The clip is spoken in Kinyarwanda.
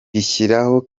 rishyiraho